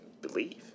believe